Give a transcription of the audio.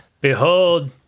Behold